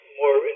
more